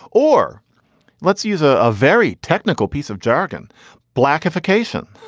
or let's use a ah very technical piece of jargon black ification.